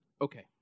Okay